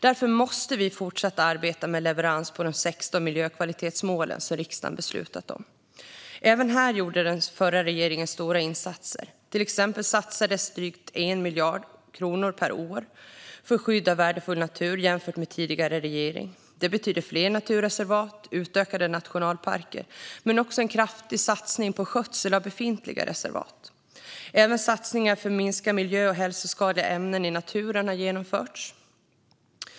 Därför måste vi fortsätta arbeta med leverans på de 16 miljökvalitetsmål som riksdagen beslutat om. Även här gjorde den förra regeringen stora insatser. Till exempel satsades drygt 1 miljard kronor mer per år för skydd av värdefull natur jämfört med tidigare regering. Det betyder fler naturreservat och utökade nationalparker men också en kraftig satsning på skötsel av befintliga reservat. Även satsningar för att minska miljö och hälsoskadliga ämnen i naturen har genomförts.